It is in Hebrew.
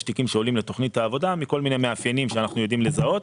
יש תיקים שעולים לתוכנית העבודה מכל מיני מאפיינים שאנחנו יודעים לזהות.